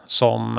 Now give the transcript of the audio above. som